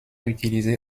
utilisé